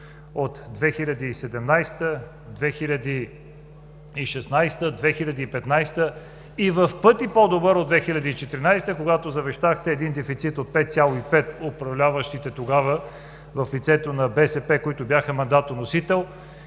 за 2017 г., 2016 г., 2015 г. и в пъти по-добър от 2014 г., когато завещахте един дефицит от 5,5 управляващите тогава в лицето на БСП, които бяха мандатоносител,